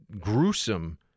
gruesome